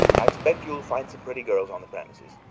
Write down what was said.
i expect you'll find some pretty girls on the premises.